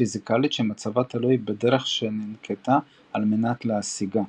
פיזיקלית שמצבה תלוי בדרך שננקטה על מנת להשיגה.